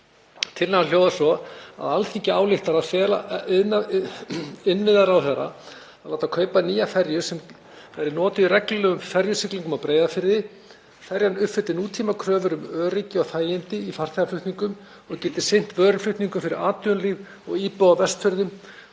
Tillagan hljóðar svo: Alþingi ályktar að fela innviðaráðherra að láta kaupa nýja ferju sem verði notuð í reglulegum ferjusiglingum á Breiðafirði. Ferjan uppfylli nútímakröfur um öryggi og þægindi í farþegaflutningum og geti sinnt vöruflutningum fyrir atvinnulíf og íbúa á Vestfjörðum